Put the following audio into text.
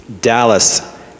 Dallas